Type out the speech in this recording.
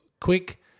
quick